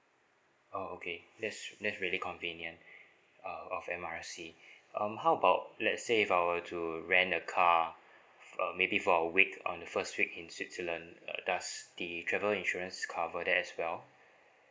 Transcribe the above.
oh okay that's that's really convenient uh of M R C um how about let's say if I were to rent a car uh maybe for a week on the first week in switzerland uh does the travel insurance cover that as well